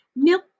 Milk